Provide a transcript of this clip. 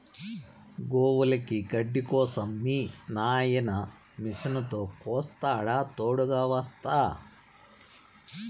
గోవులకి గడ్డి కోసం మీ నాయిన మిషనుతో కోస్తాడా తోడుగ వస్తా